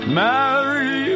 marry